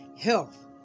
health